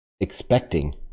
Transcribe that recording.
expecting